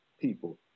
people